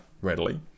readily